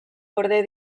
gorde